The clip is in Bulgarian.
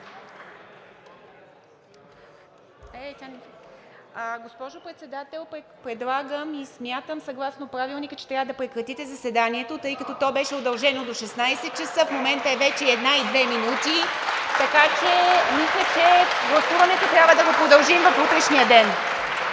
Госпожо Председател, и смятам съгласно Правилника, че трябва да прекратите заседанието, тъй като то беше удължено до 16,00 ч., а в момента вече е и една и две минути. (Ръкопляскания) Така че гласуването трябва да го продължим в утрешния ден.